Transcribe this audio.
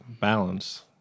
balance